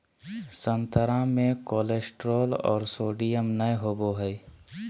संतरा मे कोलेस्ट्रॉल और सोडियम नय होबय हइ